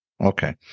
Okay